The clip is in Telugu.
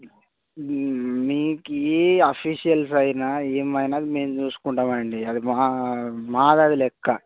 మీకు అఫీషియల్స్ అయిన ఏమైన అది మేమ్ చూసుకుంటాం అండి అది మా మాది అది లెక్క